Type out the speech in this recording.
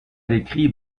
d’écrit